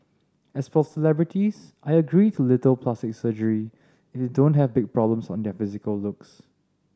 as for celebrities I agree to little plastic surgery if they don't have big problems on their physical looks